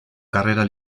carrera